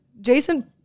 Jason